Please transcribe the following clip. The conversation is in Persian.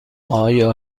آیا